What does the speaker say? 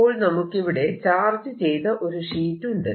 അപ്പോൾ നമുക്കിവിടെ ചാർജ് ചെയ്ത ഒരു ഷീറ്റ് ഉണ്ട്